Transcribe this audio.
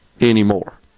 anymore